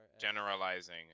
generalizing